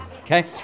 okay